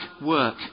work